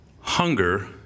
Hunger